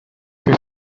que